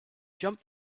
jump